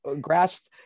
grasp